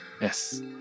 Yes